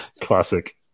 Classic